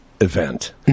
event